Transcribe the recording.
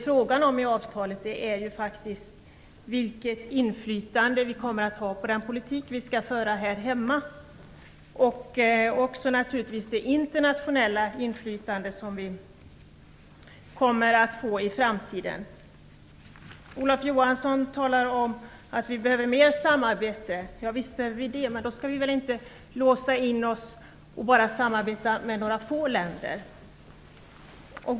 Frågan i avtalet är vilket inflytande vi kommer att ha över den politik vi skall föra här hemma och det internationella inflytande som vi kommer att få i framtiden. Olof Johansson talar om att vi behöver mer samarbete. Ja visst behöver vi det. Men då skall vi inte låsa in oss och bara samarbeta med några få länder.